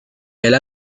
elle